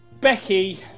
Becky